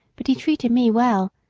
but he treated me well,